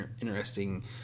interesting